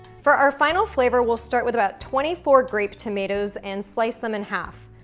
for our final flavor, we'll start with about twenty four grape tomatoes, and slice them in half.